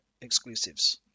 exclusives